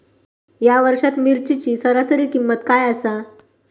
या वर्षात मिरचीची सरासरी किंमत काय आसा?